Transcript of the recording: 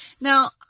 Now